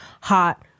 hot